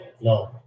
No